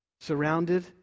Surrounded